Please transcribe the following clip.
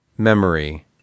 memory